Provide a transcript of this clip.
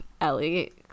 Ellie